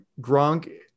Gronk